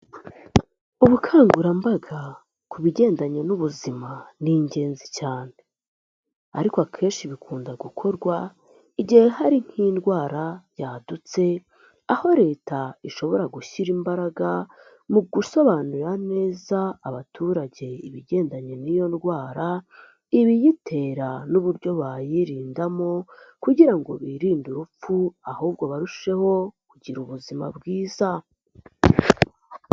Ubukangurambaga ku bigendanye n'ubuzima ni ingenzi cyane ariko akenshi bikunda gukorwa igihe hari nk'indwara yadutse aho leta ishobora gushyira imbaraga mu gusobanura neza abaturage ibigendanye n'iyo ndwara ibiyitera n'uburyo bayirindamo kugira ngo birinde urupfu ahubwo barusheho kugira ubuzima bwiza.